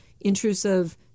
intrusive